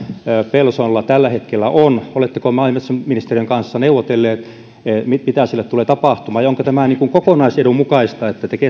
pelsolla tällä hetkellä on oletteko maa ja metsätalousministeriön kanssa neuvotellut mitä sille tulee tapahtumaan ja onko tämä kokonaisedun mukaista että